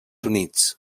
units